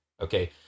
Okay